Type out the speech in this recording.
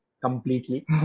completely